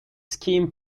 scheme